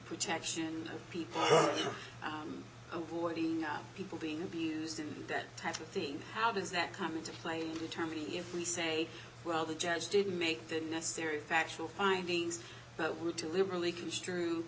protection of people oh boy the people being abused and that type of thing how does that come into play in determining if we say well the judge didn't make the necessary factual findings but were too liberally construe